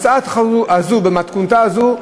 במתכונתה זו,